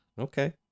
Okay